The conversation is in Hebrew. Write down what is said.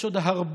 יש עוד הרבה,